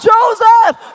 Joseph